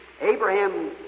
Abraham